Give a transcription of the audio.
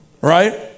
Right